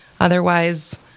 Otherwise